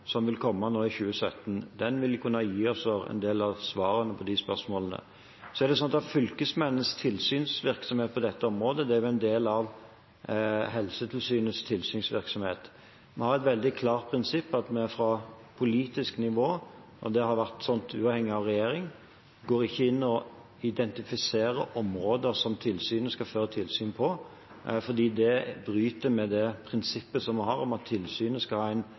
som vil komme i 2017. Den vil kunne gi oss en del av svarene på de spørsmålene. Fylkesmennenes tilsynsvirksomhet på dette området er en del av Helsetilsynets tilsynsvirksomhet. Vi har et veldig klart prinsipp, at vi fra politisk nivå – og det har vært sånn uavhengig av regjering – ikke går inn og identifiserer områder som tilsynet skal føre tilsyn på, fordi det bryter med det prinsippet vi har om at tilsynet skal ha en